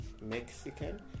Mexican